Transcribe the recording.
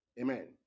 Amen